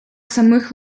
самих